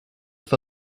for